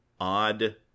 odd